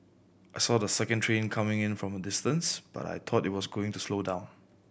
I saw the second train coming in from a distance but I thought it was going to slow down